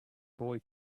boy